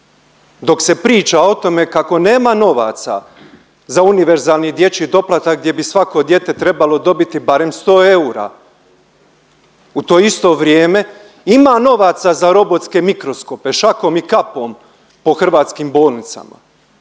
Dok se priča o tome kako nema novaca za univerzalni dječji doplatak gdje bi svako dijete trebalo dobiti barem 100 eura, u to isto vrijeme ima novaca za robotske mikroskope šakom i kapom po hrvatskim bolnicama